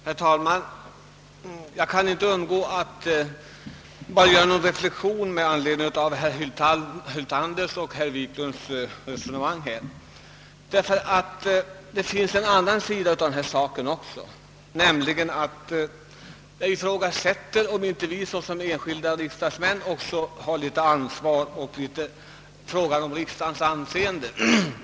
Herr talman! Jag kan inte underlåta att göra några reflexioner med anledning av herr Hyltanders och herr Wiklunds resonemang. Det finns en annan sida av denna sak. Jag ifrågasätter om inte vi som enskilda riksdagsmän också har litet ansvar när det gäller riksdagens anseende.